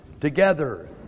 together